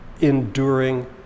enduring